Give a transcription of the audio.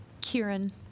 Kieran